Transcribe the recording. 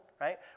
right